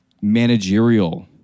managerial